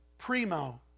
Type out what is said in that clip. Primo